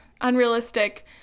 unrealistic